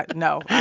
no,